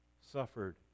suffered